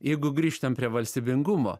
jeigu grįžtam prie valstybingumo